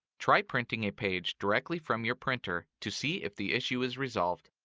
try printing a page directly from your printer to see if the issue is resolved.